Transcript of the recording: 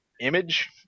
image